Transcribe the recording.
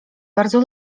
bardzo